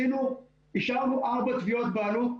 אישרנו ארבע תביעות בעלות.